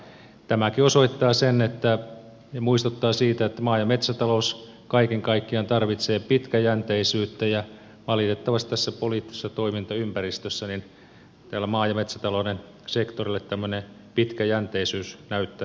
tämäkin osoittaa sen ja muistuttaa siitä että maa ja metsätalous kaiken kaikkiaan tarvitsee pitkäjänteisyyttä ja valitettavasti tässä poliittisessa toimintaympäristössä täällä maa ja metsätalouden sektorilla tämmöistä pitkäjänteisyyttä näyttää hiukan puuttuvan